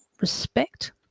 respect